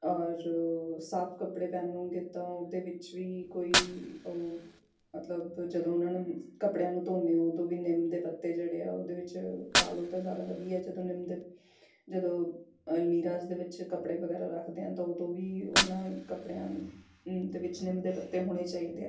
ਔਰ ਸਾਫ਼ ਕੱਪੜੇ ਪਹਿਨੋਂਗੇ ਤਾਂ ਉਹਦੇ ਵਿੱਚ ਵੀ ਕੋਈ ਮਤਲਬ ਜਦੋਂ ਉਹਨਾਂ ਨੂੰ ਕੱਪੜਿਆਂ ਨੂੰ ਧੋਂਦੇ ਹੋ ਉਦੋਂ ਵੀ ਨਿੰਮ ਦੇ ਪੱਤੇ ਜਿਹੜੇ ਆ ਉਹਦੇ ਵਿੱਚ ਪਾ ਲਉ ਤਾਂ ਜ਼ਿਆਦਾ ਵਧੀਆ ਜਦੋਂ ਨਿੰਮ ਦੇ ਜਦੋਂ ਅਲਮੀਰਾਸ ਦੇ ਵਿੱਚ ਕੱਪੜੇ ਵਗੈਰਾ ਰੱਖਦੇ ਹਾਂ ਤਾਂ ਉਦੋਂ ਵੀ ਉਹਨਾਂ ਕੱਪੜਿਆਂ ਦੇ ਵਿੱਚ ਨਿੰਮ ਦੇ ਪੱਤੇ ਹੋਣੇ ਚਾਹੀਦੇ ਆ